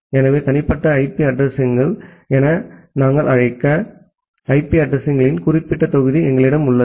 எனவே தனிப்பட்ட IP addressing கள் என நாங்கள் அழைக்கும் ஐபி அட்ரஸிங் களின் குறிப்பிட்ட தொகுதி எங்களிடம் உள்ளது